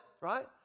right